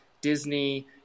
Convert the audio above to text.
Disney